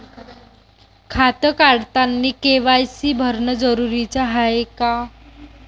खातं काढतानी के.वाय.सी भरनं जरुरीच हाय का?